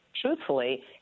truthfully